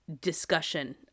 discussion